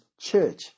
church